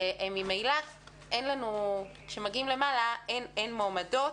ממילא כשמגיעים למעלה אין מועמדות